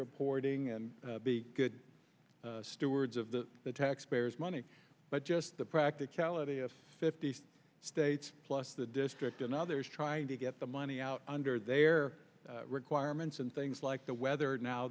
reporting and be good stewards of the the taxpayers money but just the practicality of fifty states plus the district and others trying to get the money out under their requirements and things like the weather now